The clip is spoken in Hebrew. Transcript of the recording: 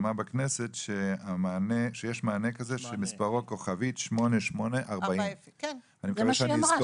אמר בכנסת שיש מענה שמספרו 8840*. אני מקווה שאני אזכור